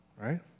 Right